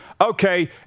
Okay